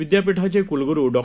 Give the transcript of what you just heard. विद्यापीठाचे कुलगुरू डॉ